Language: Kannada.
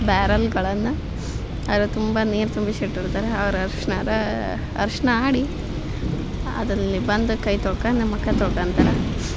ಬ್ಯಾರಲ್ಗಳನ್ನು ಅದರ ತುಂಬ ನೀರು ತುಂಬಿಸ್ ಇಟ್ಟಿರ್ತಾರೆ ಅವ್ರು ಅರ್ಶಿಣರ ಅರ್ಶಿಣ ಆಡಿ ಅದರಲ್ಲಿ ಬಂದು ಕೈ ತೊಳ್ಕೊಂಡು ಮುಖ ತೊಳ್ಕೊಂತಾರ